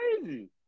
crazy